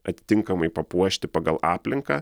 atitinkamai papuošti pagal aplinką